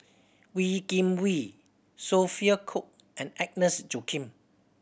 Wee Kim Wee Sophia Cooke and Agnes Joaquim